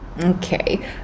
Okay